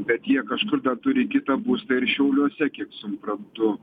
bet jie kažkur dar turi kitą būstą ir šiauliuose kiek suprantu